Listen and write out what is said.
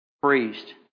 priest